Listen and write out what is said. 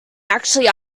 actually